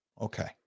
Okay